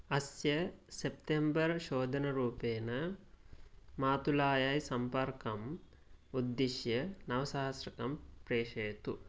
अस्य सेप्टेम्बर् शोधनरूपेण मातुलायै सम्पर्कम् उद्दिश्य नवसहस्रकं प्रेषयतु